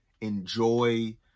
Enjoy